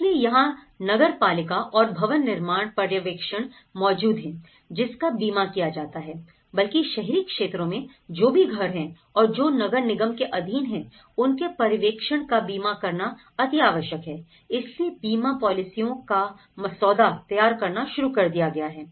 इसलिए यहां नगरपालिका और भवन निर्माण पर्यवेक्षण मौजूद है जिसका बीमा किया जाता है बल्कि शहरी क्षेत्रों में जो भी घर हैं और जो नगर निगम के अधीन हैं उनके पर्यवेक्षण का बीमा करना अति आवश्यक है इसलिए बीमा पॉलिसियों का मसौदा तैयार करना शुरू कर दिया गया है